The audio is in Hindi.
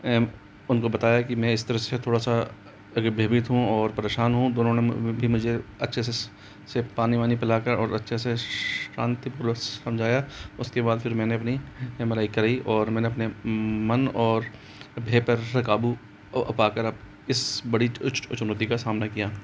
एम उन को बताया कि मैं इस तरह से थोड़ा सा अभी भयभीत हूँ और परेशान हूँ दोनों ने भी मुझे अच्छे से पानी वानी पीला कर और अच्छे से शांतिपूर्वक समझाया उस के बाद फिर मैंने अपनी एम आर आई कराई और मैंने अपने मन और भेय पर से क़ाबू पा कर अब इस बड़ी चुनौती का सामना किया